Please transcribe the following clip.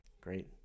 Great